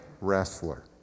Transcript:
wrestler